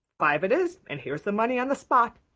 five it is. and here's the money on the spot.